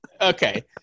Okay